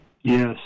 Yes